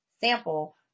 sample